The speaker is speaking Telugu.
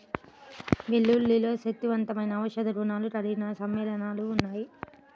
వెల్లుల్లిలో శక్తివంతమైన ఔషధ గుణాలు కలిగిన సమ్మేళనాలు ఉన్నాయి